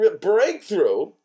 breakthrough